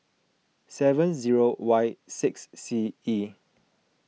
seven zero Y six C E